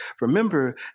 remember